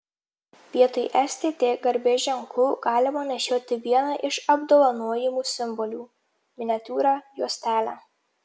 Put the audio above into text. vietoj stt garbės ženklų galima nešioti vieną iš apdovanojimų simbolių miniatiūrą juostelę